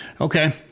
Okay